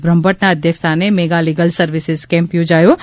બ્રહ્મભદૃના અધ્યક્ષસ્થાને mega legal services camp યોજાયો હતો